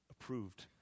approved